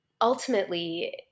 ultimately